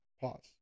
Pause